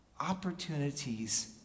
opportunities